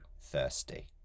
thirsty